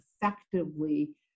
effectively